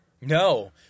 No